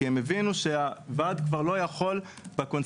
כי הם הבינו שהוועד כבר לא יכול בקונסטלציה